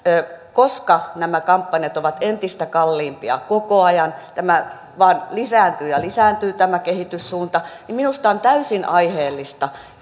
koska nämä kampanjat ovat entistä kalliimpia koko ajan vain lisääntyy ja lisääntyy tämä kehityssuunta niin minusta on täysin aiheellista